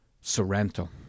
Sorrento